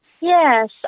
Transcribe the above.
Yes